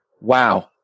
wow